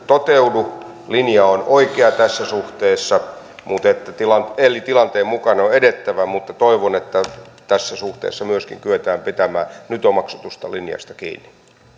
toteudu linja on oikea tässä suhteessa eli tilanteen mukaan on edettävä mutta toivon että tässä suhteessa myöskin kyetään pitämään nyt omaksutusta linjasta kiinni